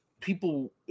people